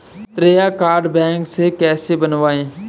श्रेय card bank से कैसे बनवाएं?